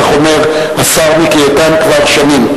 כך אומר השר מיקי איתן כבר שנים.